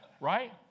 Right